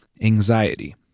anxiety